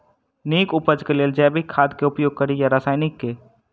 नीक उपज केँ लेल जैविक खाद केँ उपयोग कड़ी या रासायनिक केँ?